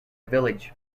village